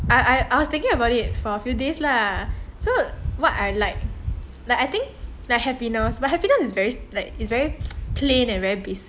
I I was thinking about it for a few days lah so what I like like I think like happiness but happiness is very like it's very plain and very basic actually I think about it before it get into another post on facebook